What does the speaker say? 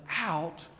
out